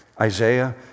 Isaiah